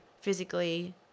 physically